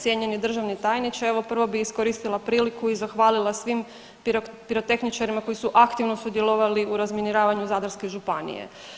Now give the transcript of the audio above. Cijenjeni državni tajniče, evo prvo bi iskoristila priliku i zahvalila svim pirotehničarima koji su aktivno sudjelovali u razminiravanju Zadarske županije.